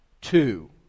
two